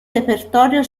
repertorio